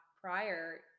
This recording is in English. prior